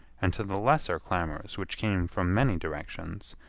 and to the lesser clamors which came from many directions,